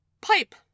pipe